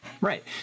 Right